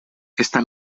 esta